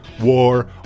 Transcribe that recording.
War